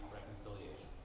reconciliation